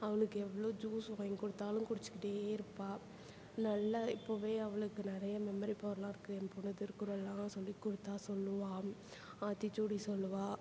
அவளுக்கு எவ்வளோ ஜூஸ் வாங்கி கொடுத்தாலும் குடித்துக்கிட்டே இருப்பாள் நல்ல இப்போவே அவளுக்கு நிறைய மெமரி பவர்லாம் இருக்குது என் பொண்ணு திருக்குறள்லாம் சொல்லி கொடுத்தா சொல்லுவாள் ஆத்திச்சூடி சொல்லுவாள்